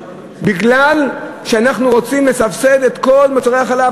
בגלל שאנחנו רוצים לסבסד את כל מוצרי החלב?